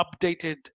updated